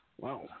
Wow